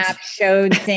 showed